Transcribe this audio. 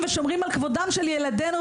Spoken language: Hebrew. ושומרים על כבודם של ילדינו,